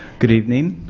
good evening